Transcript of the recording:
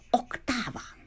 octava